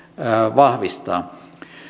vahvistaa